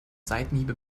seitenhiebe